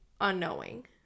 unknowing